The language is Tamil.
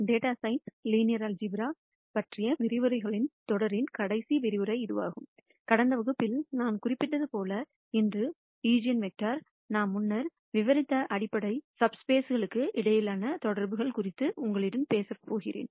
டேட்டா சயின்ஸ் லீனியர் அல்ஜீப்ரா பற்றிய விரிவுரைகளின் தொடரின் கடைசி விரிவுரை இதுவாகும் கடந்த வகுப்பில் நான் குறிப்பிட்டது போல இன்று ஈஜென்வெக்டர்களுக்கும் நாம் முன்னர் விவரித்த அடிப்படை சப்ஸ்பேஸ்களுக்கும் இடையிலான தொடர்புகள் குறித்து உங்களுடன் பேசப்போகிறேன்